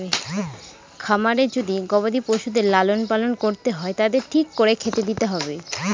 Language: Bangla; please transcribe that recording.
খামারে যদি গবাদি পশুদের লালন পালন করতে হয় তাদের ঠিক করে খেতে দিতে হবে